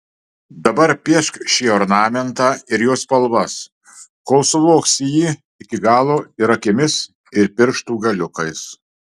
dabar piešk šį ornamentą ir jo spalvas kol suvoksi jį iki galo ir akimis ir pirštų galiukais